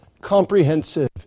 comprehensive